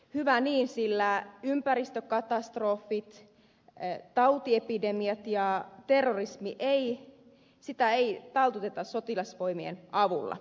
hyvä niin sillä ympäristökatastrofeja tautiepidemioita ja terrorismia ei taltuteta yksistään sotilasvoimien avulla